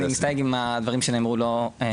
אני מסתייג אם הדברים שנאמרו לא הובנו כהלכה.